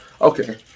Okay